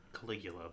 Caligula